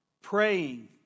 praying